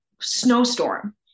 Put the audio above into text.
snowstorm